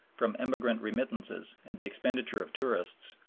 from emigrant remittances and the expenditure of tourists,